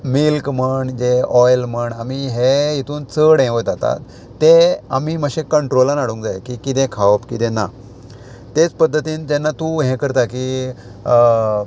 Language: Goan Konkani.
मिल्क म्हण जे ऑयल म्हण आमी हे हितून चड हें वयतात तें आमी मातशें कंट्रोलान हाडूंक जाय की किदें खावप किदें ना तेच पद्दतीन जेन्ना तूं हें करता की